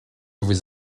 vous